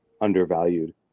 undervalued